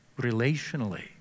relationally